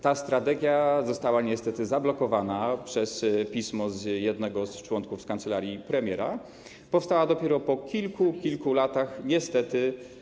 Ta strategia została niestety zablokowana przez pismo jednego z członków kancelarii premiera, powstała dopiero po kilku, kilku latach, niestety.